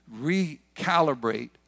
recalibrate